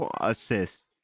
assist